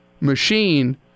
machine